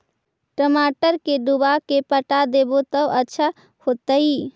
टमाटर के डुबा के पटा देबै त अच्छा होतई?